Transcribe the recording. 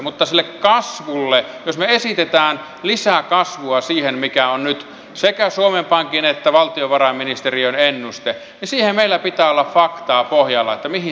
mutta jos me esitämme lisäkasvua siihen mikä on nyt sekä suomen pankin että valtiovarainministeriön ennuste siinä meillä pitää olla faktaa pohjana mihin se perustuu